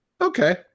okay